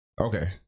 Okay